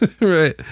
Right